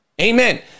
Amen